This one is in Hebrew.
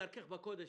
כדרכך בקודש,